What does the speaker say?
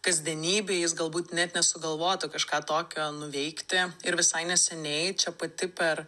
kasdienybėj jis galbūt net nesugalvotų kažką tokio nuveikti ir visai neseniai čia pati per